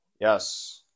Yes